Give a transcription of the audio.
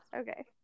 Okay